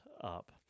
up